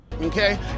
okay